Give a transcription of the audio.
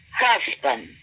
husband